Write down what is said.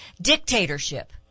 dictatorship